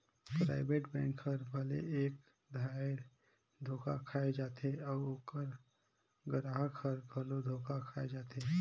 private bank हर भले एक धाएर धोखा खाए जाथे अउ ओकर गराहक हर घलो धोखा खाए जाथे